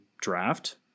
draft